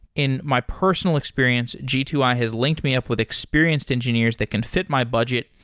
in my personal experience, g two i has linked me up with experienced engineers that can fit my budget,